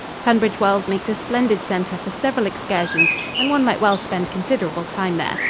tunbridge wells makes a splendid center for several excursions and one might well spend considerable time there.